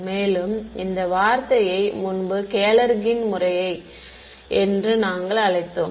மேலும் இந்த வார்த்தையை முன்பு கேலெர்கின் Galerkin's முறை என்று நாங்கள் அழைத்தோம்